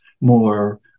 more